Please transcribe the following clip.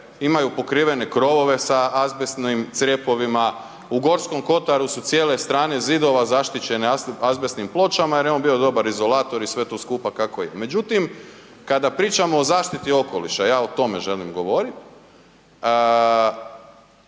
imaju pokrivene krovove sa azbestnim crepovima, u Gorskom kotaru su cijele strane zidova zaštićene azbestnim pločama jer je on bio dobar izolator i sve to skupa kako je. Međutim, kada pričamo o zaštiti okoliša, a ja o tome želim govoriti,